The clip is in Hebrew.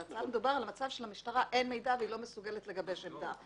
בהצעה מדובר על מצב שלמשטרה אין מידע והיא לא מסוגלת לגבש עמדה.